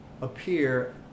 appear